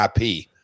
IP